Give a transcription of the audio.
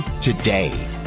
today